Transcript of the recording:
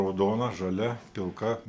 raudona žalia pilka